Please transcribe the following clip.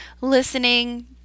listening